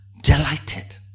delighted